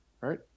right